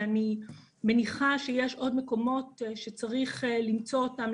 אני מניחה שיש עוד מקומות שצריך למצוא אותם,